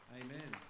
amen